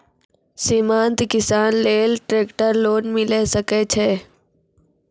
सीमांत किसान लेल ट्रेक्टर लोन मिलै सकय छै?